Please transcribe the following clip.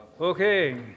Okay